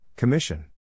Commission